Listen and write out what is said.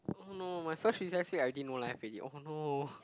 no my first recess I did no life already oh no